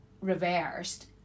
reversed